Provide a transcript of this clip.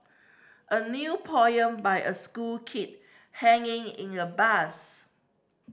a new poem by a school kid hanging in a bus